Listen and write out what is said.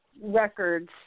records